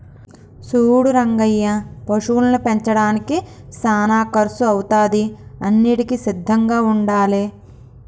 సూడు రంగయ్య పశువులను పెంచడానికి సానా కర్సు అవుతాది అన్నింటికీ సిద్ధంగా ఉండాలే